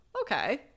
okay